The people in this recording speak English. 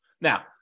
Now